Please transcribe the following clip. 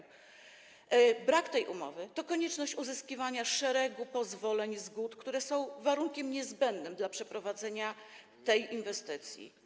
Brak tej umowy to konieczność uzyskiwania szeregu pozwoleń, zgód, które są warunkiem niezbędnym dla przeprowadzenia tej inwestycji.